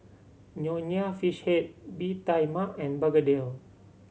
Nonya Fish Head Bee Tai Mak and begedil